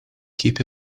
keep